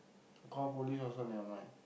call police also nevermind